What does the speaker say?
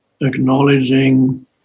acknowledging